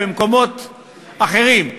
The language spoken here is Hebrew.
במקומות אחרים,